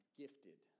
gifted